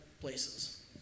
places